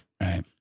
Right